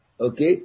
Okay